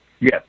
Yes